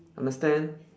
understand